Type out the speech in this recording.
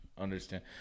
understand